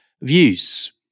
views